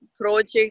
project